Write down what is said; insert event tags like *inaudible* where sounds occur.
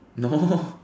no *laughs*